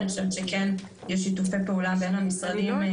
אני חושבת שכן יש שיתופי פעולה בין המשרדים.